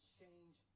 change